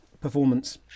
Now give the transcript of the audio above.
performance